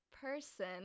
person